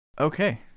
okay